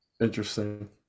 Interesting